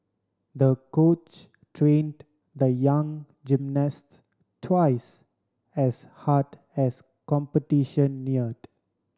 the coach trained the young gymnasts twice as hard as competition neared